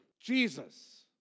Jesus